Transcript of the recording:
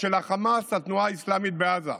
של החמאס, התנועה האסלאמית בעזה.